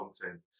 content